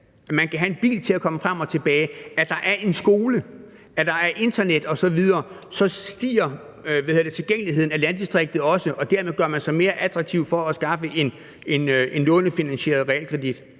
at man kan have en bil til at komme frem og tilbage, at der er en skole, og at der er internet osv., så stiger tilgængeligheden i landdistriktet også, og dermed gør man sig mere attraktiv med hensyn til at skaffe en lånefinansieret realkredit.